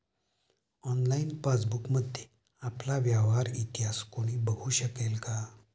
Online पासबुकमध्ये आपला व्यवहार इतिहास कोणी बघु शकेल का?